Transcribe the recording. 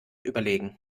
überlegen